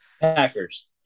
Packers